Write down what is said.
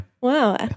wow